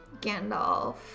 Gandalf